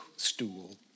stool